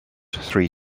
three